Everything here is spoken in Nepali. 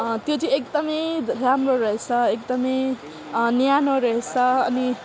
त्यो चाहिँ एकदमै राम्रो रहेछ एकदमै न्यानो रहेछ अनि